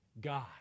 God